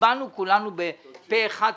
הצבענו כולנו פה אחד,